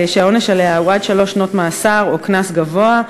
שהעונש עליה הוא עד שלוש שנות מאסר או קנס גבוה.